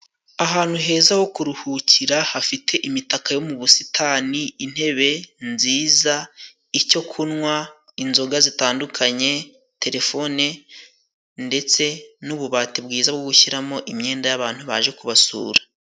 Ahantu heza ho kuruhukira hafite imitaka yo mu busitani, intebe nziza, icyo kunywa, inzoga zitandukanye, telefone ndetse n'ububati bwiza bwo gushyiramo imyenda y'abantu baje kubasura.